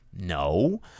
No